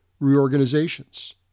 reorganizations